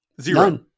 Zero